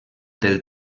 del